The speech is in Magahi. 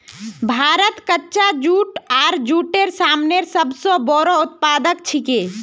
भारत कच्चा जूट आर जूटेर सामानेर सब स बोरो उत्पादक छिके